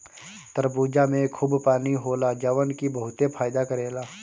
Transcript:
तरबूजा में खूब पानी होला जवन की बहुते फायदा करेला